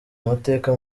amateka